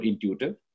intuitive